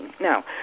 Now